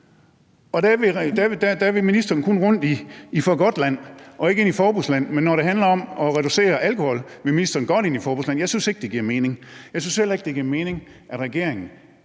og der vil ministeren kun rundt i Mågodtland og ikke ind i Forbudtland, men når det handler om at reducere alkohol, vil ministeren godt ind i Forbudtland. Jeg synes ikke, det giver mening. Jeg synes heller ikke, det giver mening, at regeringen